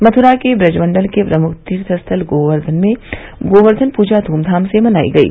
मथुरा के ब्रज मंडल के प्रमुख तीर्थस्थल गोवर्धन में गोवर्धन पूजा धूम्धाम से मनाई गयी